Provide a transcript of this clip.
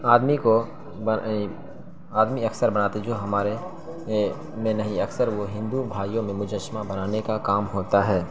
آدمی کو آدمی اکثر بناتے ہیں جو ہمارے میں نہیں اکثر وہ ہندو بھائیوں میں مجسمہ بنانے کا کام ہوتا ہے